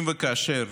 אם וכאשר